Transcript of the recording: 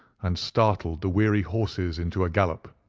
and startled the weary horses into a gallop.